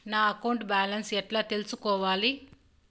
నా account balance ఎలా తెల్సుకోవాలి